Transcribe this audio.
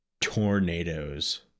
Tornadoes